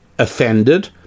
offended